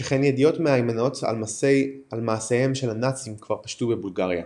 שכן ידיעות מהימנות על מעשיהם של הנאצים כבר פשטו בבולגריה.